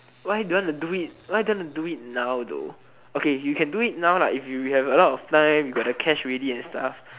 why do you want to do it why do you want to do it now though okay you can do it now lah if you got a lot of time you got the cash ready and stuff